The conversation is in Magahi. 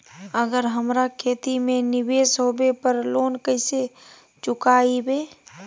अगर हमरा खेती में निवेस होवे पर लोन कैसे चुकाइबे?